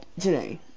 today